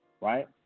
Right